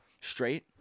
straight